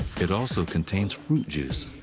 it also contains fruit juice.